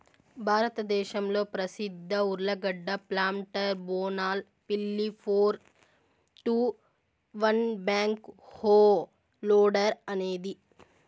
భారతదేశంలో ప్రసిద్ధ ఉర్లగడ్డ ప్లాంటర్ బోనాల్ పిల్లి four two one backhoe loader అనేది